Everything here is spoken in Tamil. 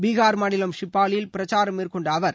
பீகார் மாநிலம் ஷிப்பாலில் பிரச்சாரம் மேற்கொண்ட அவர்